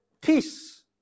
Peace